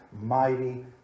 mighty